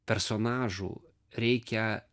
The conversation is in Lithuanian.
personažų reikia